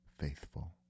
faithful